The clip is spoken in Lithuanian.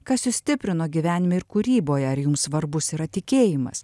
kas jus stiprino gyvenime ir kūryboje ar jums svarbus yra tikėjimas